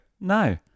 No